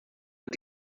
and